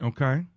Okay